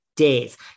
days